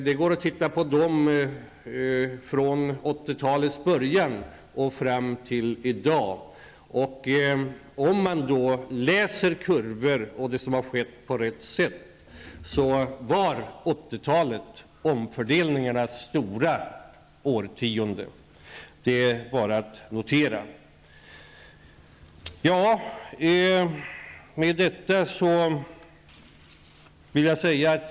Det går att titta på omfördelningarna från 1980-talets början och fram till i dag. Om man läser kurvorna över det som skett på rätt sätt så finner man att 1980-talet var det stora årtiondet för omfördelningarna. Det är bara att notera.